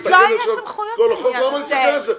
לכנסת לא היו סמכויות בעניין הזה.